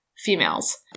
Females